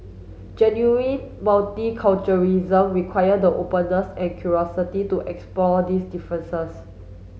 genuine multiculturalism require the openness and curiosity to explore these differences